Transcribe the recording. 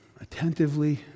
attentively